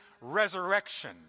resurrection